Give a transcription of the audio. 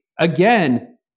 Again